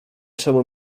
czemu